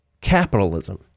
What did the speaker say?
Capitalism